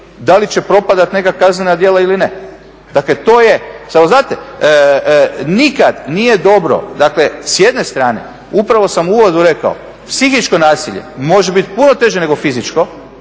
da li će propadati neka kaznena djela ili ne. Dakle, to je. Samo znate, nikad nije dobro, dakle s jedne strane, upravo sam u uvodu rekao, psihičko nasilje može biti puno teže nego fizičko,